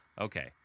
Okay